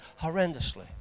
horrendously